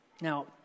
Now